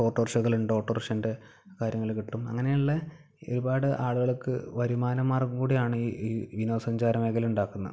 ഓട്ടോറിക്ഷകള് ഉണ്ട് ഓട്ടോറിക്ഷൻ്റെ കാര്യങ്ങള് കിട്ടും അങ്ങനെയുള്ള ഒരുപാട് ആളുകൾക്ക് വരുമാനം മാർഗ്ഗം കൂടിയാണ് ഈ വിനോദസഞ്ചാര മേഖല ഉണ്ടാക്കുന്നത്